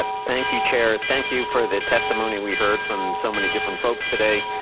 ah thank you chair, thank you for the testimony we heard from so many different folks today,